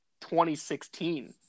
2016